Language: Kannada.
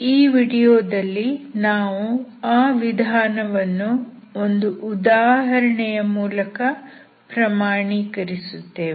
ಈ ವಿಡಿಯೋದಲ್ಲಿ ನಾವು ಆ ವಿಧಾನವನ್ನು ಒಂದು ಉದಾಹರಣೆಯ ಮೂಲಕ ಪ್ರಮಾಣೀಕರಿಸುತ್ತವೆ